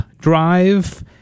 drive